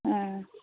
अ